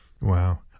Wow